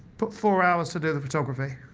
but four hours to do the photography